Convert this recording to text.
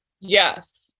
Yes